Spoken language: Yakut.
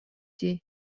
дии